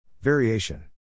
Variation